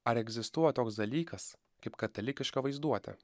ar egzistuoja toks dalykas kaip katalikiška vaizduotė